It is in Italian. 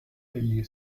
degli